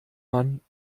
man